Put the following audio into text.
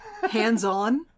Hands-on